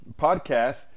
podcast